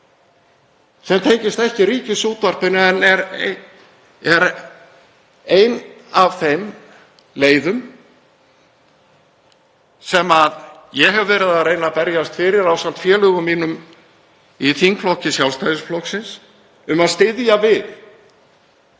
sem tengist ekki Ríkisútvarpinu en er ein af þeim leiðum sem ég hef verið að reyna að berjast fyrir ásamt félögum mínum í þingflokki Sjálfstæðisflokksins um að styðja við